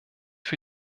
für